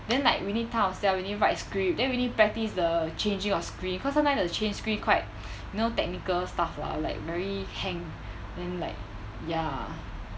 then like we need time ourself we need write script then we need to practice the changing of screen cause sometimes the change screen quite you know technical stuff lah like very hang then like ya